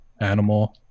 animal